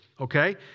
okay